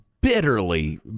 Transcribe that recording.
bitterly